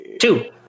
two